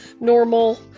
normal